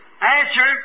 answer